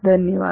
धन्यवाद